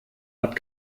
hat